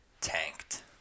tanked